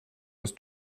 aus